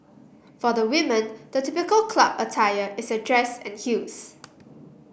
for the women the typical club attire is a dress and heels